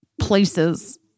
places